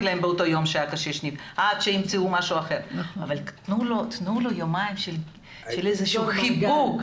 להם עד שימצאו מקום עבודה אחר אבל תנו לו איזשהו חיבוק.